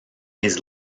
his